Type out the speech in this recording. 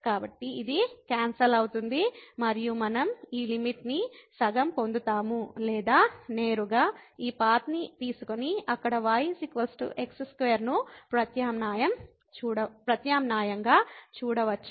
కాబట్టి ఇది క్యాన్సల్ అవుతుంది మరియు మనం ఈ లిమిట్ ని సగం పొందుతాము లేదా నేరుగా ఈ పాత్ ని తీసుకొని అక్కడ y x2 ను ప్రత్యామ్నాయంగా చూడవచ్చు